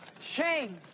shame